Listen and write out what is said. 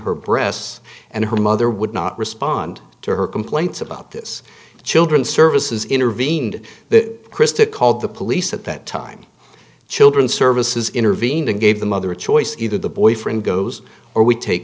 her breasts and her mother would not respond to her complaints about this children services intervened that krista called the police at that time children's services intervened and gave the mother a choice either the boyfriend goes or we take